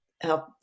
help